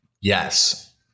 Yes